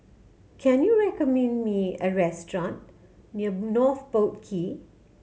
can you recommend me a restaurant near North Boat Quay